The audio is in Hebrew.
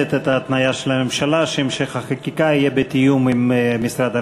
מקבלת את ההתניה של הממשלה שהמשך החקיקה יהיה בתיאום עם משרד הרווחה.